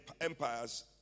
empires